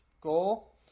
goal